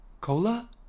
Cola